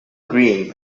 greene